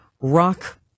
rock